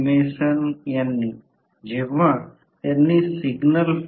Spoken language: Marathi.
मला ते स्पष्ट करू द्या